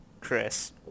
Chris